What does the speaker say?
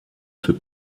für